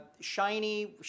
Shiny